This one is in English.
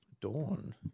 Dawn